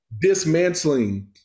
dismantling